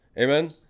Amen